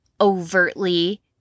overtly